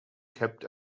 kept